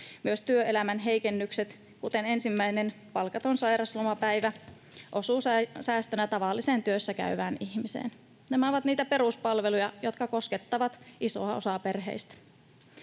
Myös työelämän heikennykset, kuten ensimmäinen palkaton sairauslomapäivä, osuvat säästönä tavalliseen työssäkäyvään ihmiseen. Nämä ovat niitä peruspalveluja, jotka koskettavat isoa osaa perheistä.